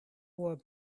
wore